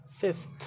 Fifth